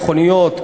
מכוניות,